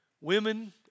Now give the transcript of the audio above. women